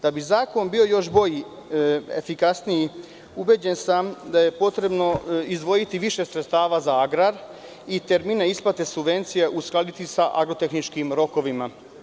Da bi Zakon bio još bolji, efikasniji, ubeđen sam da je potrebno izdvojiti više sredstava za agrar i termine isplate subvencija uskladiti sa agrotehničkim rokovima.